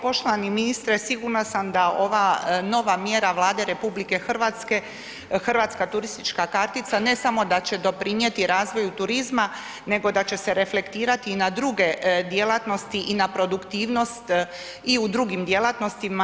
Poštovani ministre, sigurna sam da ova nova mjera Vlade RH, Hrvatska turistička kartica ne samo da će doprinijeti razvoju turizma nego da će se reflektirati i na druge djelatnosti i na produktivnost i u drugim djelatnostima.